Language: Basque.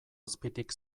azpitik